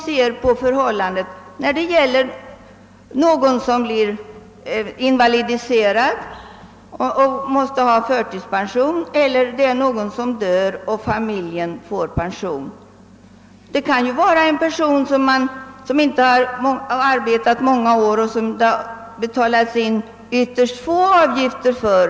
Det gäller när någon blir invalidiserad och måste ha förtidspension och när någon dör och familjen får pension. Det kan vara en person som inte arbetat särskilt många år och som det betalats in ytterst få avgifter för.